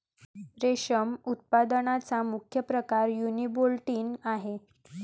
रेशम उत्पादनाचा मुख्य प्रकार युनिबोल्टिन आहे